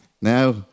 Now